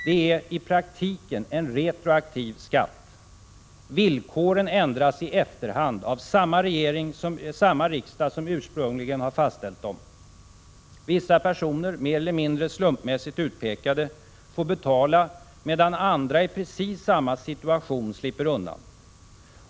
Det gäller i praktiken en retroaktiv skatt. Villkoren ändras i efterhand av samma riksdag som ursprungligen har fastställt dem. Vissa personer, mer eller mindre slumpmässigt utpekade, får betala, medan andra i precis samma situation slipper undan.